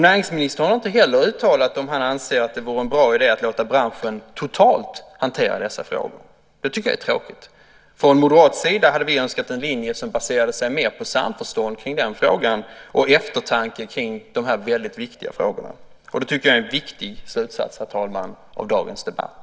Näringsministern har inte heller uttalat om han anser att det vore en bra idé att låta branschen totalt hantera dessa frågor. Det tycker jag är tråkigt. Från moderat sida hade vi önskat en linje som baserade sig mer på samförstånd och eftertanke kring de här väldigt viktiga frågorna. Det tycker jag är en viktig slutsats, herr talman, av dagens debatt.